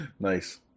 Nice